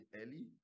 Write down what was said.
early